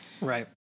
right